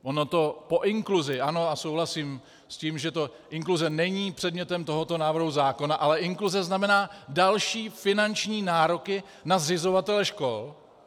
Ono to po inkluzi ano, souhlasím s tím, že inkluze není předmětem tohoto návrhu zákona, ale inkluze znamená další finanční nároky na zřizovatele škol.